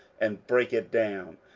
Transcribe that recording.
and brake it down,